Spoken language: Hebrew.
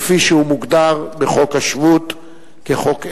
כפי שהוא מוגדר בחוק השבות כחוק אזרחי.